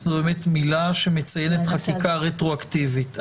זאת באמת מילה שמציינת חקיקה רטרואקטיבית.